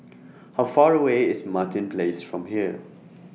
How Far away IS Martin Place from here